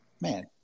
Man